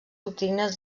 doctrines